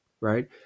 right